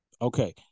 Okay